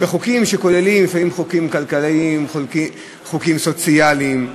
יש לנו חוקים כלכליים, חוקים סוציאליים,